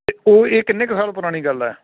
ਅਤੇ ਉਹ ਇਹ ਕਿੰਨੇ ਕੁ ਸਾਲ ਪੁਰਾਣੀ ਗੱਲ ਹੈ